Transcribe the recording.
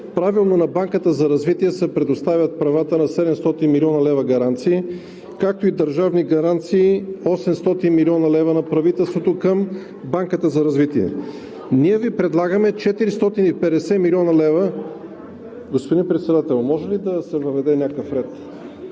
Правилно на Банката за развитие се предоставят правата на 700 млн. лв. гаранции, както и държавни гаранции – 800 млн. лв. на правителството към Банката за развитие. (Силен шум и